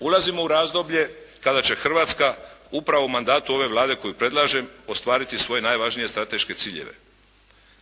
Ulazimo u razdoblje kada će Hrvatska upravo u mandatu ove Vlade koju predlažem, ostvariti svoje najvažnije strateške ciljeve.